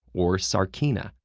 or sarcina,